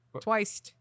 Twice